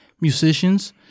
musicians